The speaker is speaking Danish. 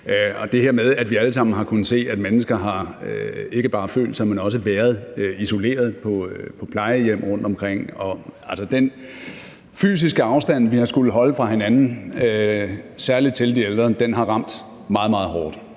Det her med, at vi alle sammen har kunnet se, at mennesker ikke bare har følt sig, men også været isoleret på plejehjem rundtomkring, og at den fysiske afstand, vi har skullet holde til hinanden, særlig til de ældre, har ramt meget, meget hårdt.